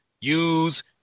use